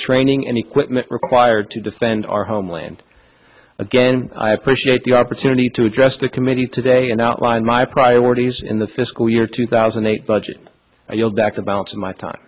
training and equipment required to defend our homeland again i appreciate the opportunity to address the committee today and outlined my priorities in the fiscal year two thousand and eight budget you'll back the balance of my time